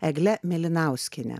egle mėlinauskiene